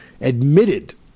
admitted